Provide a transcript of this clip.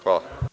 Hvala.